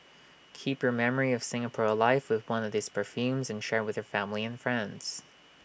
keep your memory of Singapore alive with one of these perfumes and share with the family and friends